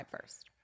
first